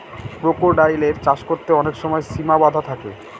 ক্রোকোডাইলের চাষ করতে অনেক সময় সিমা বাধা থাকে